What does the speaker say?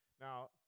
Now